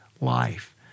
life